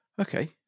Okay